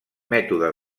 mètode